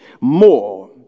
more